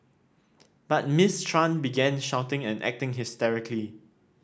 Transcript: but Miss Tran began shouting and acting hysterically